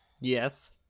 Yes